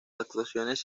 actuaciones